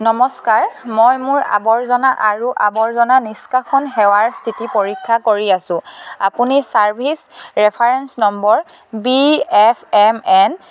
নমস্কাৰ মই মোৰ আৱৰ্জনা আৰু আৱৰ্জনা নিষ্কাশন সেৱাৰ স্থিতি পৰীক্ষা কৰি আছোঁ আপুনি service reference number B F M N